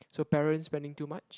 so parents spending too much